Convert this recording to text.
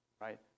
right